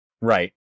Right